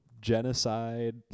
genocide